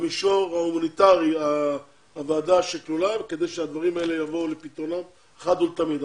במישור ההומניטרי כדי שהדברים האלה יבואו לפתרונם אחת ולתמיד.